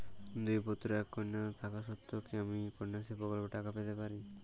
দুই পুত্র এক কন্যা থাকা সত্ত্বেও কি আমি কন্যাশ্রী প্রকল্পে টাকা পেতে পারি?